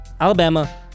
Alabama